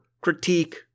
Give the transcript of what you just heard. critique